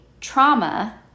trauma